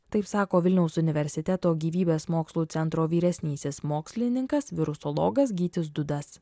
taip sako vilniaus universiteto gyvybės mokslų centro vyresnysis mokslininkas virusologas gytis dudas